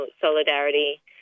solidarity